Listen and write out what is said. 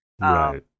right